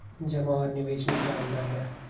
जमा और निवेश में क्या अंतर है?